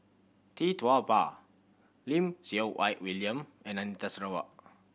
Tee Tua Ba Lim Siew Wai William and Anita Sarawak